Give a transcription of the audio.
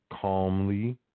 calmly